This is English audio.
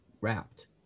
wrapped